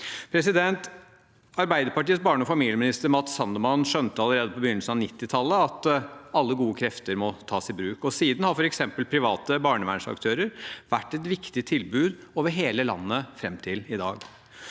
Arbeiderpartiets barne- og familieminister Matz Sandman skjønte allerede på begynnelsen av 1990-tallet at alle gode krefter må tas i bruk, og siden har f.eks. private barnevernsaktører vært et viktig tilbud over hele landet fram til i dag.